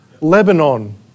Lebanon